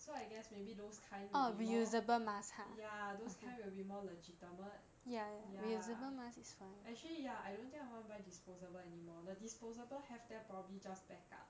so I guess maybe those kind will be more ya those kind will be more legitimate ya actually ya I don't think I want to buy disposable anymore the disposable have then probably just back up